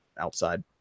outside